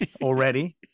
already